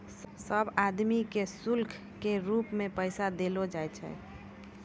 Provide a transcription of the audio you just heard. सब आदमी के शुल्क के रूप मे पैसा देलो जाय छै